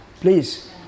please